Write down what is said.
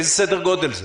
איזה סדר גודל?